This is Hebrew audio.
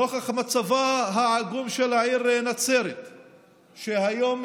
נוכח מצבה העגום של העיר נצרת קיימנו